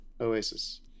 Oasis